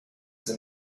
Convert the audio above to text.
the